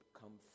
come